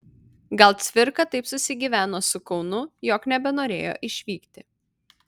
gal cvirka taip susigyveno su kaunu jog nebenorėjo išvykti